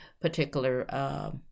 particular